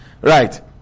Right